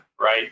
right